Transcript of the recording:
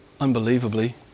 unbelievably